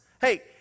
hey